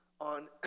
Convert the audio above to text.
on